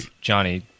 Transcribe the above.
Johnny